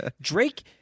Drake